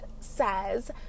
says